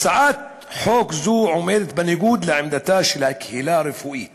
הצעת חוק זו עומדת בניגוד לעמדתה של הקהילה הרפואית